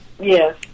Yes